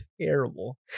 terrible